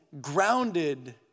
grounded